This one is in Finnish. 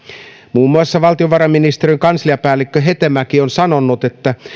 muun muassa valtiovarainministeriön kansliapäällikkö hetemäki on sanonut että